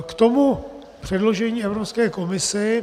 K tomu předložení Evropské komisi.